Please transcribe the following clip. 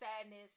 sadness